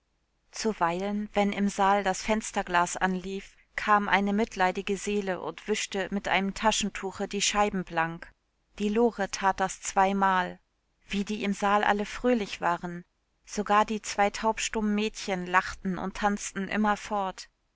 zuweilen wenn im saal das fensterglas anlief kam eine mitleidige seele und wischte mit einem taschentuche die scheiben blank die lore tat das zweimal wie die im saal alle fröhlich waren sogar die zwei taubstummen mädchen lachten und tanzten